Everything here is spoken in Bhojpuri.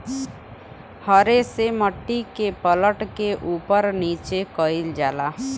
हरे से मट्टी के पलट के उपर नीचे कइल जाला